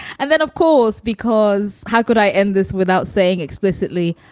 and then, of course, because how could i end this without saying explicitly,